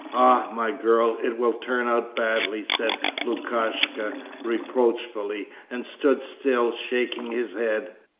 my girl, it will turn out badly said lukashka reproachfully and stood still, shaking his head.